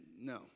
no